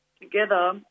together